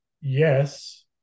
yes